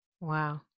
wow